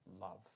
love